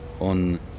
on